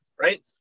right